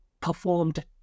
performed